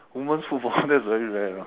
women's football that's really very rough